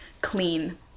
clean